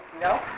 No